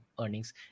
earnings